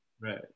Right